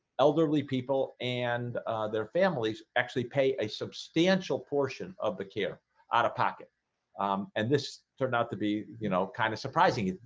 elderly people and their families actually pay a substantial portion of the care out-of-pocket and this turned out to be you know kind of surprising you.